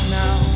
now